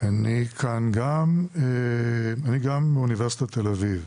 אני כאן גם מאוניברסיטת תל-אביב.